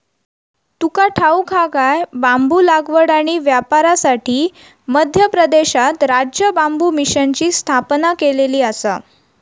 तुका ठाऊक हा काय?, बांबू लागवड आणि व्यापारासाठी मध्य प्रदेशात राज्य बांबू मिशनची स्थापना केलेली आसा